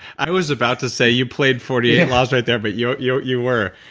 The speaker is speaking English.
i was about to say you played forty eight laws right there, but you you you were.